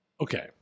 okay